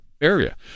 area